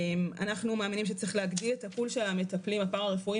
אנחנו מאמינים שצריך להגדיל את הפול של המטפלים הפרה-רפואיים,